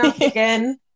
again